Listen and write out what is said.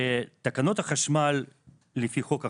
ותקנות החשמל לפי חוק החשמל,